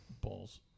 Balls